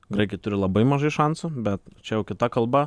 graikai turi labai mažai šansų bet čia jau kita kalba